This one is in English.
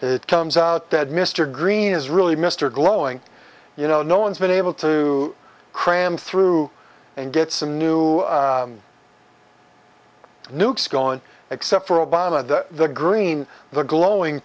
it comes out dead mr green is really mr glowing you know no one's been able to cram through and get some new nukes gone except for obama the green the glowing